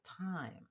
time